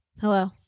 Hello